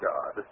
God